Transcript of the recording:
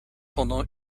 pendant